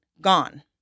gone